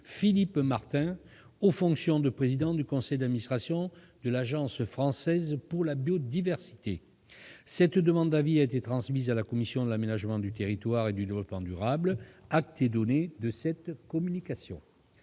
Philippe Martin aux fonctions de président du conseil d'administration de l'Agence française pour la biodiversité. Cette demande d'avis a été transmise à la commission de l'aménagement du territoire et du développement durable. Acte est donné de cette communication.